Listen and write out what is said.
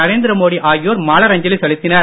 நரேந்திர மோடி ஆகியோர் மலஞ்சலி செலுத்தினர்